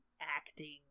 acting